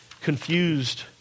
confused